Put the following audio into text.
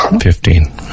Fifteen